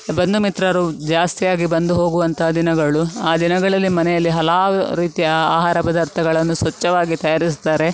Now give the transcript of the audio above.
ಬಂಧು ಮಿತ್ರರು ಜಾಸ್ತಿಯಾಗಿ ಬಂದು ಹೋಗುವಂತಹ ದಿನಗಳು ಆ ದಿನಗಳಲ್ಲಿ ಮನೆಯಲ್ಲಿ ಹಲವು ರೀತಿಯ ಆಹಾರ ಪದಾರ್ಥಗಳನ್ನು ಸ್ವಚ್ಛವಾಗಿ ತಯಾರಿಸ್ತಾರೆ